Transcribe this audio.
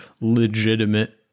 legitimate